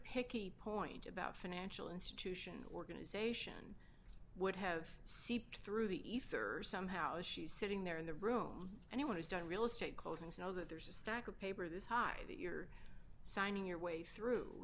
picky point about financial institution organization would have seeped through the ether somehow as she's sitting there in the room and you want to start real estate closings know that there's a stack of paper this high that you're signing your way through